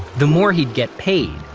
the more he'd get paid.